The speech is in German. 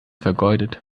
vergeudet